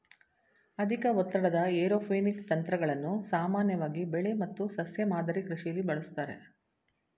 ಅಧಿಕ ಒತ್ತಡದ ಏರೋಪೋನಿಕ್ ತಂತ್ರಗಳನ್ನು ಸಾಮಾನ್ಯವಾಗಿ ಬೆಳೆ ಮತ್ತು ಸಸ್ಯ ಮಾದರಿ ಕೃಷಿಲಿ ಬಳಸ್ತಾರೆ